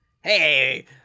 Hey